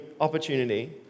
opportunity